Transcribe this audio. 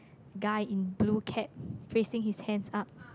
guy in blue cap facing his hands up